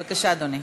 בבקשה, אדוני.